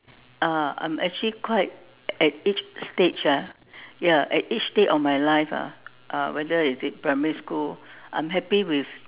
uh I'm actually quite at each stage ah ya at each stage of my life ah uh whether is it primary school I'm happy with